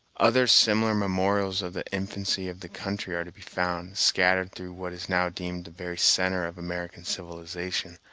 other similar memorials of the infancy of the country are to be found, scattered through what is now deemed the very centre of american civilization,